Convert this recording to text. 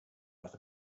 earth